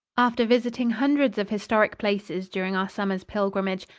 after visiting hundreds of historic places during our summer's pilgrimage,